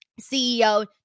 CEO